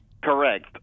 Correct